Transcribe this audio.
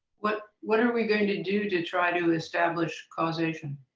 what what are we going to do to try to establish causation?